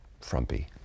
frumpy